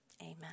Amen